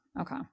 Okay